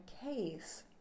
case